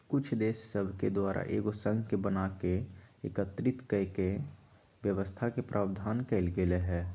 कुछ देश सभके द्वारा एगो संघ के बना कऽ एकीकृत कऽकेँ व्यवस्था के प्रावधान कएल गेल हइ